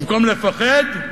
במקום לפחד,